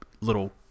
little